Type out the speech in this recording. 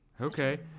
Okay